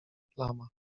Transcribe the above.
plama